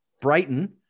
Brighton